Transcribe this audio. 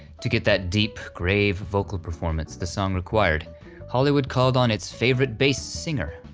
to get that deep, grave vocal performance the song required hollywood called on its favorite bass singer,